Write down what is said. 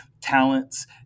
talents